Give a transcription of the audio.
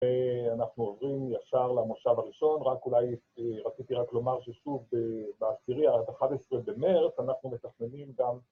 ‫ואנחנו עוברים ישר למושב הראשון, ‫רק אולי רציתי רק לומר ‫ששוב ב-10 עד 11 במרץ, ‫אנחנו מתכננים גם...